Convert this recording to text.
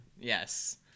Yes